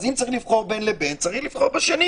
אז אם צריך לבחור בין לבין, צריך לבחור בראשון,